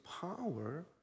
power